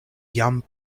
jam